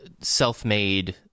self-made